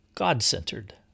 God-centered